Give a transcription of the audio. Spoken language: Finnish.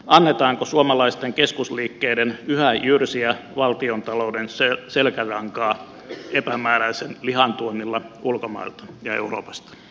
annetaanko suomalaisten keskusliikkeiden yhä jyrsiä valtiontalouden selkärankaa epämääräisen lihan tuonnilla ulkomailta ja euroopasta